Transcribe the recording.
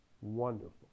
wonderful